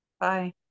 Bye